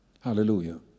Hallelujah